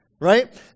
right